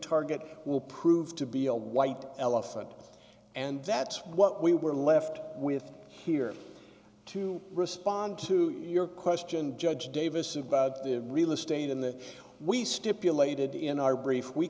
target will prove to be a white elephant and that's what we were left with here to respond to your question judge davis about the real estate in the we stipulated in our brief we